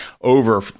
over